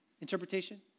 interpretation